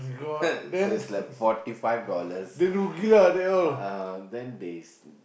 so it's like forty five dollars uh then they